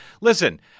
listen